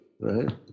right